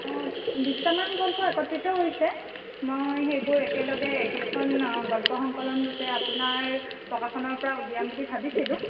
অঁ বিশটামান গল্প একত্ৰিত হৈছে মই সেইবোৰ একেলগে একেখন গল্পসংকলন ৰূপে আপোনাৰ প্ৰকাশনৰ পৰা উলিয়াম বুলি ভাবিছিলোঁ